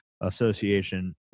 Association